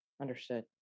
Understood